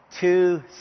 two